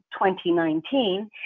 2019